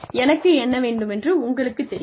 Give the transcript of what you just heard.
எனக்கு என்ன வேண்டுமென்று உங்களுக்குத் தெரியும்